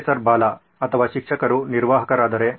professor Bala ಅಥವಾ ಶಿಕ್ಷಕರು ನಿರ್ವಾಹಕರಾದರೆ